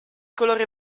colore